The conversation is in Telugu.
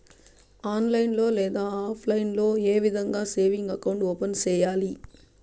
ఆన్లైన్ లో లేదా ఆప్లైన్ లో ఏ విధంగా సేవింగ్ అకౌంట్ ఓపెన్ సేయాలి